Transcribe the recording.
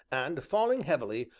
and, falling heavily,